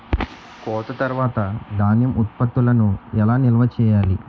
కోత తర్వాత ధాన్యం ఉత్పత్తులను ఎలా నిల్వ చేయాలి?